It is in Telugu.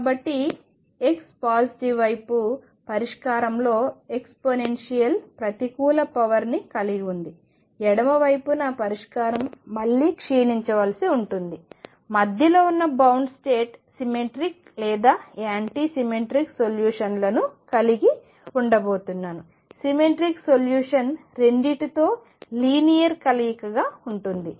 కాబట్టి x పాజిటివ్ వైపు పరిష్కారంలో ఎక్స్పొనెన్షియల్లో ప్రతికూల పవర్ ని కలిగి ఉంది ఎడమ వైపున పరిష్కారం మళ్లీ క్షీణించవలసి ఉంటుంది మధ్య లో ఉన్న బౌండ్ స్టేట్ సిమెట్రిక్ లేదా యాంటీ సిమెట్రిక్ సొల్యూషన్లను కలిగి ఉండబోతున్నాను సిమెట్రిక్ సొల్యూషన్ రెండింటితో లీనియర్ కలయికగా ఉంటుంది